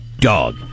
Dog